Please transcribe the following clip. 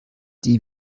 die